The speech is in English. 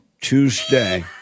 Tuesday